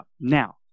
Now